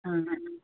ആ ആ